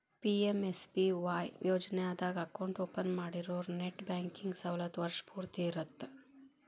PMSBY ಯೋಜನಾದಾಗ account open ಮಾಡ್ಸಿರೋರು net banking ಸವಲತ್ತು ವರ್ಷ್ ಪೂರ್ತಿ ಇರತ್ತ